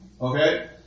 Okay